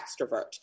extrovert